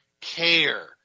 care